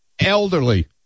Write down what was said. Elderly